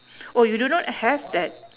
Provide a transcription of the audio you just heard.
oh you do not have that